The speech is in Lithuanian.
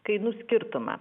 kainų skirtumą